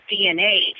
DNA